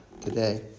today